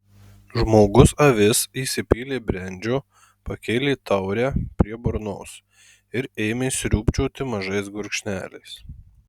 žmogus avis įsipylė brendžio pakėlė taurę prie burnos ir ėmė sriūbčioti mažais gurkšneliais